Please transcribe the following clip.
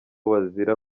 bazira